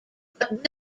but